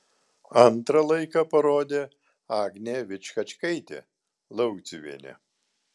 antrą laiką parodė agnė vičkačkaitė lauciuvienė